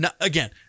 Again